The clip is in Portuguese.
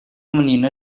menina